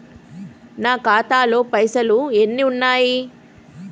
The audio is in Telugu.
నా ఖాతాలో పైసలు ఎన్ని ఉన్నాయి?